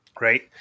right